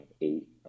eight